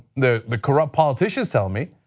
the the corrupt politicians tell me,